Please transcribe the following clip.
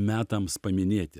metams paminėti